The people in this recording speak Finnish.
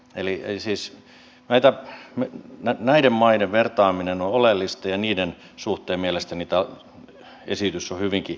eli siis näiden maiden vertaaminen on oleellista ja niiden suhteen mielestäni tämä esitys on hyvinkin tasapainoinen